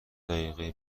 دقیقه